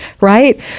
right